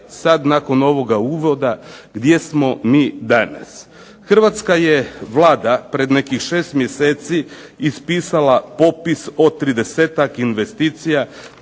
sad nakon ovoga uvoda gdje smo mi danas? Hrvatska je Vlada pred nekih šest mjeseci ispisala popis od tridesetak investicija